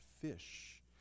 fish